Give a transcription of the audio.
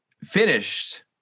finished